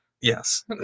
yes